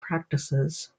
practices